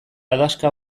adaxka